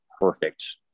perfect